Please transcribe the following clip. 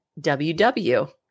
WW